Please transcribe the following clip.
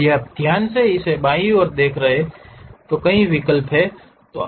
यदि आप ध्यान से इस बाईं ओर देख रहे हैं तो विकल्प हैं